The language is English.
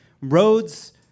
roads